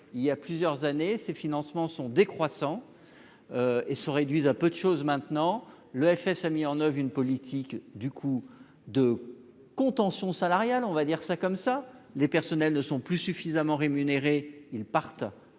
il y a plusieurs années, ces financements sont décroissant et se réduise à peu de choses maintenant l'EFS a mis en oeuvre une politique du coup de contention salariale, on va dire ça comme ça, les personnels ne sont plus suffisamment rémunéré, ils partent